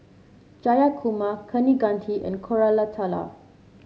Jayakumar Kaneganti and Koratala